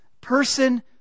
person